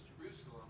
Jerusalem